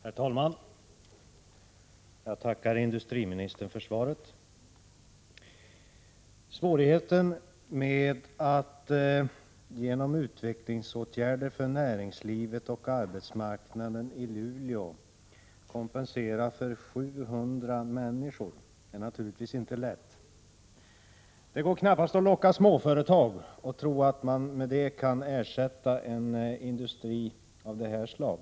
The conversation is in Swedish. Herr talman! Jag tackar industriministern för svaret. Uppgiften att genom utvecklingsåtgärder för näringslivet och arbetsmarknaden i Luleå ge kompensation åt 700 människor är naturligtvis inte lätt. Det går knappast att locka småföretag och tro att man därmed kan ersätta en industri av detta slag.